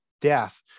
Death